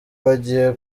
bagiye